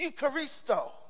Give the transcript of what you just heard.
Eucharisto